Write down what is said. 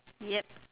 yup